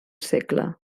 segle